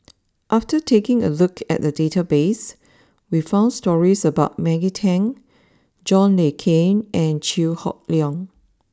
after taking a look at the database we found stories about Maggie Teng John Le Cain and Chew Hock Leong